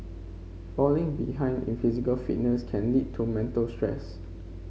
falling behind in physical fitness can lead to mental stress